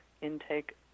intake